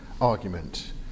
argument